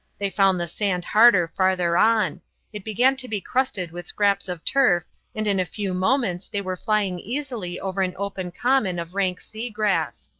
they found the sand harder farther on it began to be crusted with scraps of turf and in a few moments they were flying easily over an open common of rank sea-grass.